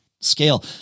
scale